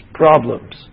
problems